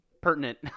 pertinent